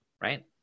Right